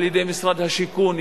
על-ידי משרד השיכון,